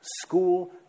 School